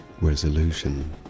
resolution